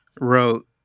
wrote